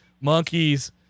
monkeys